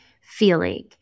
feeling